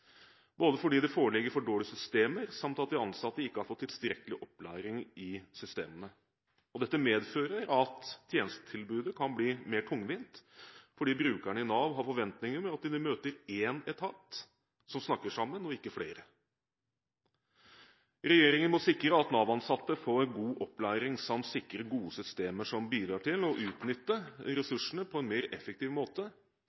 både fordi det foreligger for dårlige systemer samt at de ansatte ikke har fått tilstrekkelig opplæring i systemene. Dette medfører at tjenestetilbudet blir mer tungvint. Brukerne i Nav har forventninger om at de vil møte én etat som snakker sammen, og ikke flere. Regjeringen må sikre at Nav-ansatte får god opplæring samt sikre gode systemer som bidrar til å utnytte